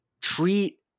treat